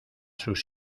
sus